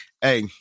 Hey